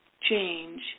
Change